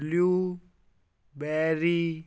blueberry